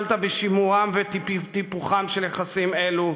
נכשלת בשימורם ובטיפוחם של יחסים אלו,